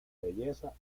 belleza